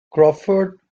crawford